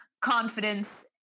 confidence